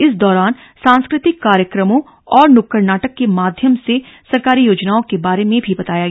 इस दौरान सांस्कृतिक कार्यक्रमों और नुक्कड़ नाटक के माध्यम से सरकारी योजनाओं के बारे में भी बताया गया